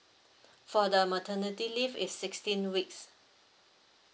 for the maternity leave is sixteen weeks